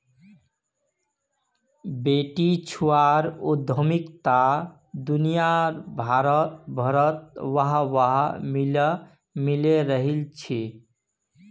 बेटीछुआर उद्यमिताक दुनियाभरत वाह वाह मिले रहिल छे